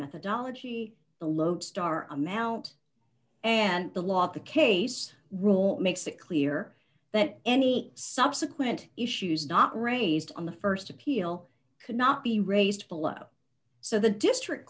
methodology the lodestar amount and the law of the case rule makes it clear that any subsequent issues not raised on the st appeal could not be raised below so the district